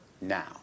now